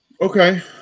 Okay